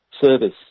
service